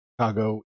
Chicago –